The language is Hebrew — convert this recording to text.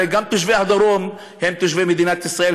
הרי גם תושבי הדרום הם תושבי מדינת ישראל,